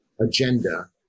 agenda